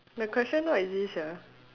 the question not easy sia